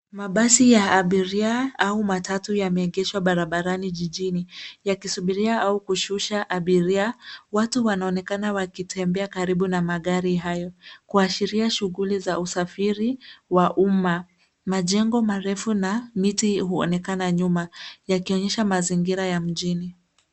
Mabasi ya abiria au matatu yameegeshwa barabarani jijini, yakisubiria au kushusha abiria. Watu wanaonekana wakitembea karibu na magari hayo kuashiria shughuli za usafiri wa umma. Majengo marefu na miti huonekana nyuma yakionyesha mazingira ya mjini.